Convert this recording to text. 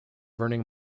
earning